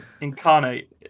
incarnate